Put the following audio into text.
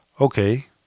Okay